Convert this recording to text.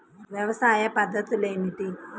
వ్యవసాయ పద్ధతులు ఏమిటి?